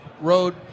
road